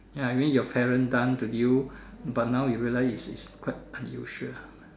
ya I mean your parents done to you but now you realize is is quite unusual